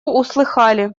услыхали